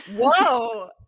whoa